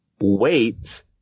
wait